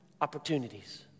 opportunities